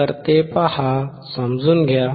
तर ते पहा समजून घ्या